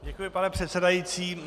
Děkuji, pane předsedající.